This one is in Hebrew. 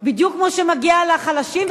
בדיוק כמו שמגיע לחלשים,